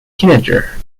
teenager